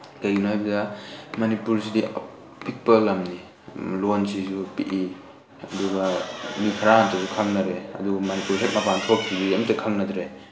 ꯀꯔꯤꯒꯤꯅꯣ ꯍꯥꯏꯕꯗ ꯃꯅꯤꯄꯨꯔꯁꯤꯗꯤ ꯑꯄꯤꯛꯄ ꯂꯝꯅꯤ ꯂꯣꯜꯁꯤꯁꯨ ꯄꯤꯛꯏ ꯑꯗꯨꯒ ꯃꯤ ꯀꯅꯥꯝꯇꯁꯨ ꯈꯪꯅꯗꯦ ꯑꯗꯨꯒ ꯃꯅꯤꯄꯨꯔꯗꯒꯤ ꯃꯄꯥꯜ ꯊꯣꯛꯈꯤꯕ ꯃꯤ ꯑꯃꯇ ꯈꯪꯅꯗ꯭ꯔꯦ